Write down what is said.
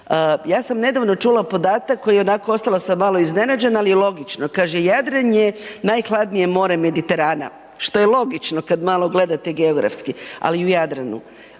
ja sam nedavno čula podatak koji onako, ostala sam malo iznenađena, al je logično, kaže Jadran je najhladnije more Mediterana, što je logično kad malo gledate geografski, al u Jadranu